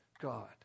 God